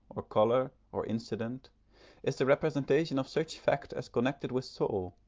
or colour, or incident is the representation of such fact as connected with soul,